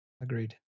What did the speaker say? Agreed